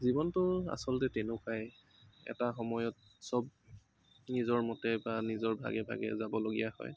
জীৱনটো আচলতে তেনেকুৱাই এটা সময়ত চব নিজৰ মতে বা নিজৰ ভাগে ভাগে যাব লগীয়া হয়